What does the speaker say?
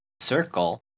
circle